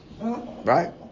Right